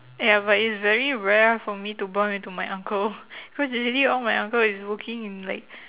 ya but is very rare for me to bump into my uncle cause usually all my uncle is working in like